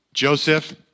Joseph